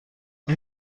این